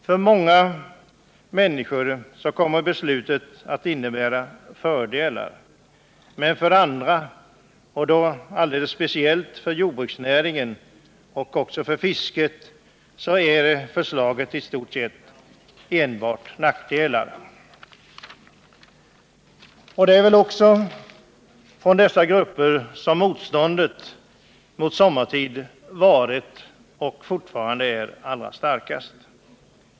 För många människor kommer beslutet att innebära fördelar, men för andra — och då alldeles speciellt för dem som är verksamma inom jordbruksnäringen och även inom fisket — medför beslutet i stort sett enbart nackdelar. Det är också från dessa grupper som motståndet mot sommartid varit och fortfarande är allra starkast.